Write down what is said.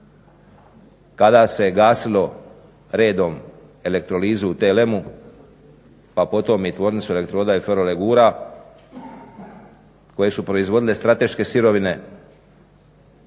kada se gasilo redom elektrolizu u TLM-u pa potom i Tvornicu elektroda i … /Govornik se ne razumije./… legura koje su proizvodile strateške sirovine.